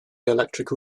electric